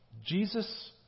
Jesus